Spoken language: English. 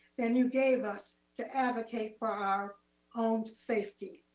and you gave us to advocate for our home safety.